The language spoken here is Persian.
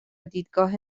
دیدگاه